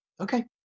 Okay